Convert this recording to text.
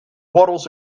waddles